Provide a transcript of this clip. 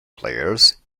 players